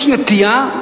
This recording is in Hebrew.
יש נטייה,